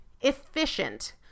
efficient